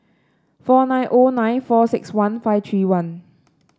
four nine O nine four six one five three one